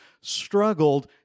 struggled